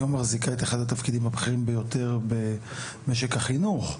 היום מחזיקה את אחד התפקידים הבכירים ביותר במשק החינוך.